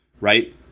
right